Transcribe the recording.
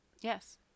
yes